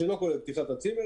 שלא כולל את פתיחת הצימרים.